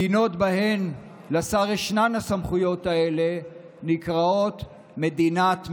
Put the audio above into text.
מדינות שבהן לשר ישנן הסמכויות האלה נקראות מדינת משטרה.